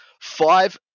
five